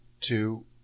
two